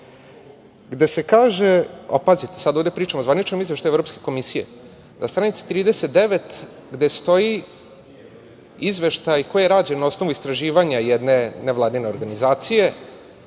gde se kaže, pazite, sada ovde pričamo o zvaničnom Izveštaju Evropske komisije, na stanici 39 gde stoji, Izveštaj koji je rađen na osnovu istraživanja jedne nevladine organizacije,